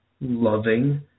loving